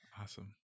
Awesome